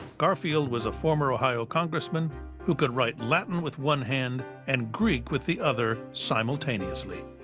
garfield was a former ohio congressman who could write latin with one hand and greek with the other, simultaneously.